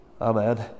Amen